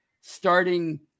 starting